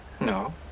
no